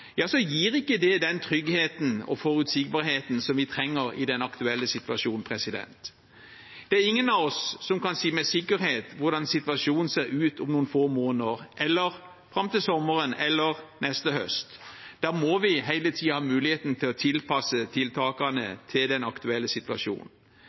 gir ikke det den tryggheten og forutsigbarheten som vi trenger i den aktuelle situasjonen. Det er ingen av oss som kan si med sikkerhet hvordan situasjonen ser ut om noen få måneder, til sommeren eller til neste høst. Da må vi hele tiden ha muligheten til å tilpasse